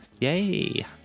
Yay